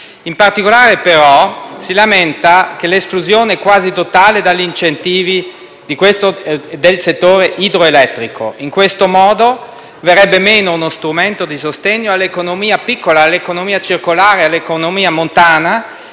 In particolare, però, si lamenta l'esclusione quasi totale dagli incentivi del settore idroelettrico: in questo modo verrebbe meno uno strumento di sostegno all'economia piccola, all'economia circolare e all'economia montana,